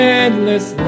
endless